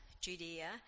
Judea